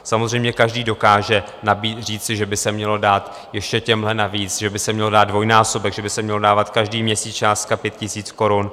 Samozřejmě, každý dokáže říci, že by se mělo dát ještě těmhle navíc, že by se měl dát dvojnásobek, že by se měla dávat každý měsíc částka 5 000 korun.